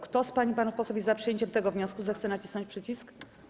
Kto z pań i panów posłów jest za przyjęciem tego wniosku, zechce nacisnąć przycisk.